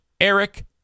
Eric